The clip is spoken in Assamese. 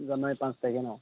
জানুৱাৰীৰ পাঁচ তাৰিখে ন